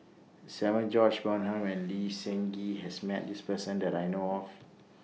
Samuel George Bonham and Lee Seng Gee has Met This Person that I know of